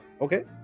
Okay